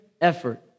effort